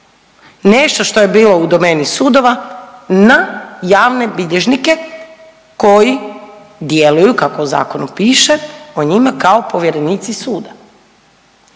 nešto što je bilo u domeni sudova na javne bilježnike koji djeluju kako u zakonu piše o njima kao povjerenici suda.